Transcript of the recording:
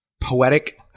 poetic